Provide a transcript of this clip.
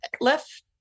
left